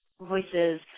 voices